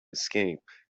escape